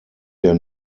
der